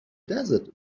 desert